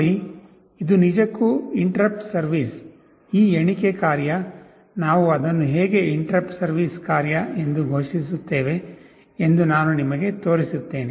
ನೋಡಿ ಇದು ನಿಜಕ್ಕೂ ಇಂಟರಪ್ಟ್ ಸರ್ವಿಸ್ ಈ ಎಣಿಕೆ ಕಾರ್ಯ ನಾವು ಅದನ್ನು ಹೇಗೆ ಇಂಟರಪ್ಟ್ ಸರ್ವಿಸ್ ಕಾರ್ಯ ಎಂದು ಘೋಷಿಸುತ್ತೇವೆ ಎಂದು ನಾನು ನಿಮಗೆ ತೋರಿಸುತ್ತೇನೆ